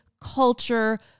culture